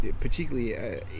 particularly